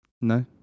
No